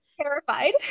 terrified